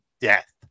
death